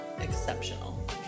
exceptional